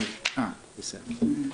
אה, בסדר.